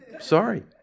sorry